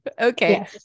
Okay